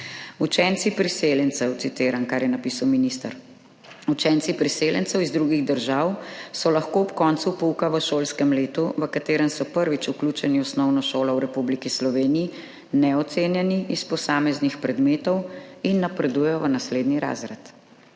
iz 16. 10. 2019. Citiram, kar je napisal minister: »Učenci priseljencev iz drugih držav so lahko ob koncu pouka v šolskem letu, v katerem so prvič vključeni v osnovno šolo v Republiki Sloveniji, neocenjeni iz posameznih predmetov in napredujejo v naslednji razred.«